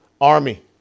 Army